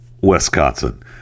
wisconsin